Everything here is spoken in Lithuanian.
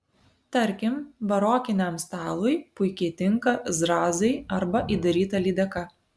tarkim barokiniam stalui puikiai tinka zrazai arba įdaryta lydeka